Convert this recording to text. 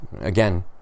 Again